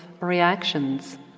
reactions